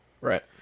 Right